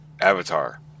Avatar